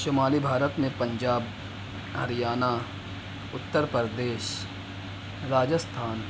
شمالی بھارت میں پنجاب ہریانہ اتر پردیش راجستھان